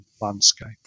landscape